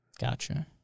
gotcha